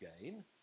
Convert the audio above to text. again